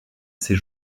ses